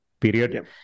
period